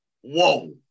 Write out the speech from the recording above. Whoa